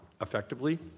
effectively